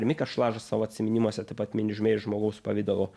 ir mikas šlažas savo atsiminimuose taip pat mini žvėrį žmogaus pavidalu